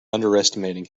underestimating